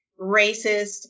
racist